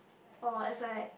oh as I